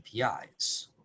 APIs